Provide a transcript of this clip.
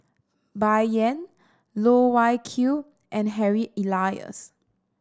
Bai Yan Loh Wai Kiew and Harry Elias